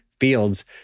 Fields